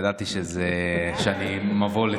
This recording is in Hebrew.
ידעתי שמבוא,